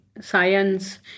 Science